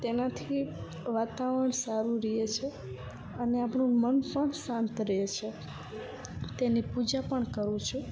તેનાથી વાતાવરણ સારું રહે છે અને આપણું મન પણ શાંત રે છે તેની પૂજા પણ કરું છું